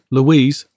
Louise